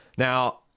Now